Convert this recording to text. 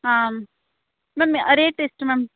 ಹಾಂ ma'am rate ಎಷ್ಟು ma'am